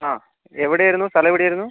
അ എവിടെ ആയിരുന്നു സ്ഥലം എവിടെ ആയിരുന്നു